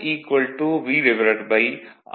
If VRf Rf